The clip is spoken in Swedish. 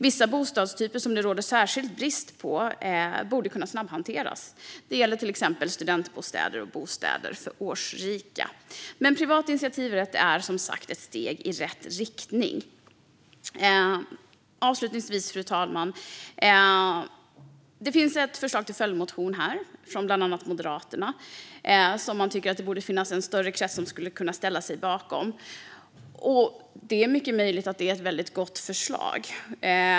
Vissa bostadstyper som det råder särskild brist på borde kunna snabbhanteras. Det gäller till exempel studentbostäder och bostäder för årsrika. Men privat initiativrätt är som sagt ett steg i rätt riktning. Fru talman! Det finns en följdmotion från bland annat Moderaterna som man tycker att det borde finnas en större krets som skulle kunna ställa sig bakom. Det är mycket möjligt att det är ett väldigt gott förslag.